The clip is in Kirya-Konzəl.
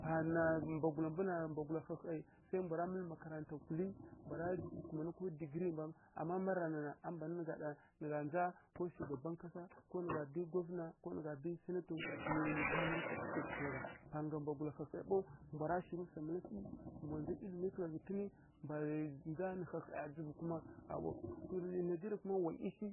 Pana mbwagula mbu na, mbwagula hahai sai mbwa ra mǝlǝ makaranta kulǝ, mbwara kumanǝ ko digǝri, amma má rana na, a mban nǝ gha ɗa nǝ gha ndza, ko shugaban kasa, ko nǝ gha dyi gwavǝna, ko nǝ gha dyi sǝnator nǝ primary school safticatǝ kǝla gha, panga mbwagula hahai ɓaw mbwara shirǝ swa mǝla hyi, mbwa ndza ilimi kǝla ghǝtǝnǝ, mbwa ndza nǝ hahaiya dzǝvu kuma ƙha ɓaw. Rǝ nigeria mma ɓaw ƙha ɓaw, rǝ nigeria kuma wa ˈiyi shi,